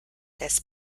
this